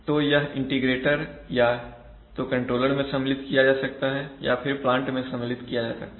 तो यह इंटीग्रेटर या तो कंट्रोलर में सम्मिलित किया जा सकता है या फिर प्लांट में सम्मिलित किया जा सकता है